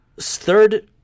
third